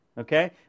Okay